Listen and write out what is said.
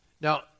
Now